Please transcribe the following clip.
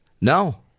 No